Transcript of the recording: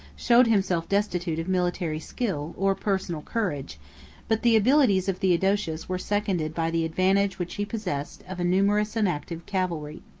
showed himself destitute of military skill, or personal courage but the abilities of theodosius were seconded by the advantage which he possessed of a numerous and active cavalry.